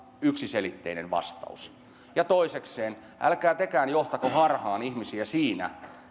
yksiselitteinen vastaus ja toisekseen älkää tekään johtako harhaan ihmisiä siinä